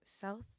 south